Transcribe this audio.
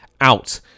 out